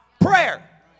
prayer